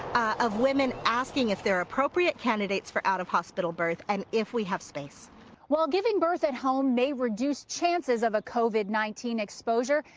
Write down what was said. of women asking if they're appropriate candidates for out of hospital birth and if we have space. reporter while giving birth at home may reduce chances of a covid nineteen exposure,